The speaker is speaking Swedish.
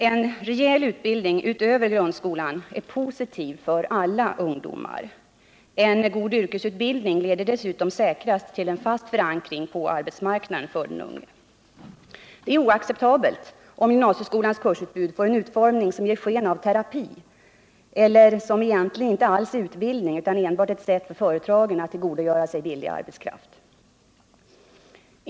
En rejäl utbildning utöver grundskolan är positiv för alla ungdomar. En god yrkesutbildning leder dessutom säkrast till en fast förankring på arbetsmarknaden för den unge. Det är oacceptabelt om gymnasieutbildning får en utformning som ger sken av terapi eller som egentligen inte alls är utbildning utan enbart ett sätt för företagen att tillgodogöra sig billig arbetskraft.